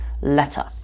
letter